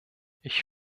ich